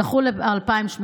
דחו ל-2018,